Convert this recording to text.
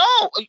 No